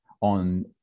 on